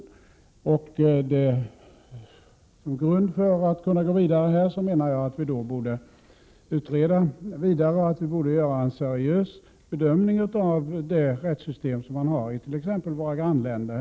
Som grund för att här kunna gå längre menar jag att vi borde utreda vidare och göra en seriös bedömning av det rättssystem som man har på detta område i t.ex. våra grannländer.